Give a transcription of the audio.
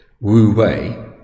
wu-wei